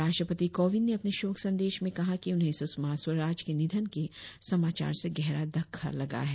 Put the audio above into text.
राष्ट्रपति कोविंद ने अपने शोक संदेश में कहा कि उन्हें सुषमा स्वराज के निधन के समाचार से गहरा धक्का लगा है